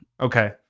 okay